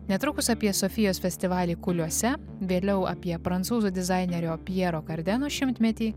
netrukus apie sofijos festivalį kuliuose vėliau apie prancūzų dizainerio pjero kardeno šimtmetį